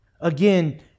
Again